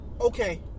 Okay